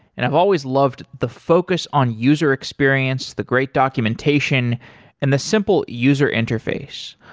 and i've always loved the focus on user experience, the great documentation and the simple user interface.